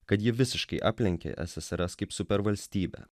kad ji visiškai aplenkė ssrs kaip supervalstybę